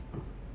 mm